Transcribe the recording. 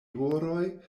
horoj